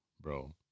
Bro